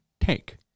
take